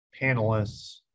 panelists